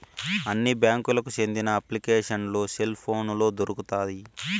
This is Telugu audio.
అన్ని బ్యాంకులకి సెందిన అప్లికేషన్లు సెల్ పోనులో దొరుకుతాయి